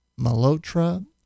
Malotra